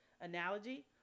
analogy